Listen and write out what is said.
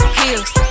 heels